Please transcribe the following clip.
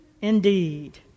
indeed